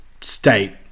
state